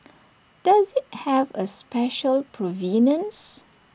does IT have A special provenance